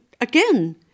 again